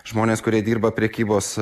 žmonės kurie dirba prekybos